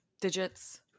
digits